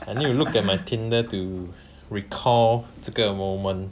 I need to look at my Tinder to recall 这个 moment